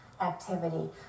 activity